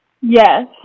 Yes